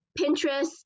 pinterest